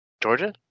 Georgia